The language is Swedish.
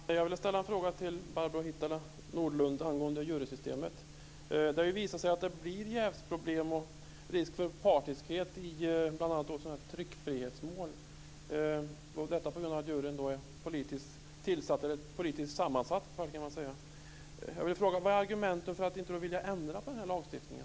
Herr talman! Jag vill ställa en fråga till Barbro Hietala Nordlund angående jurysystemet. Det har visat sig att det blir jävsproblem och risk för partiskhet i tryckfrihetsmål på grund av att juryn är politiskt sammansatt. Jag vill då fråga: Vilka är då argumenten för att ni inte vill ändra på den här lagstiftningen?